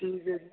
ਠੀਕ ਹੈ ਜੀ